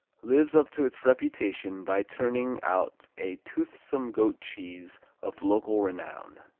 lives up to its reputation by turning out a toothsome goat cheese of local renown.